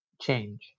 change